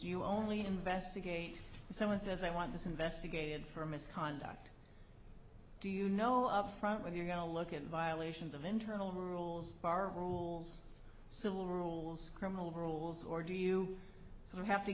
you only investigate if someone says i want this investigated for misconduct do you know up front where you're going to look at violations of internal rules bar rules civil rules criminal rules or do you have to